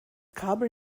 kabel